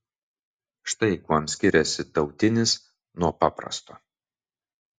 štai kuom skiriasi tautinis nuo paprasto